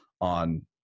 on